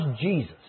Jesus